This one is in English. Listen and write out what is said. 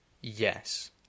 Yes